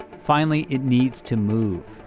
finally it needs to move.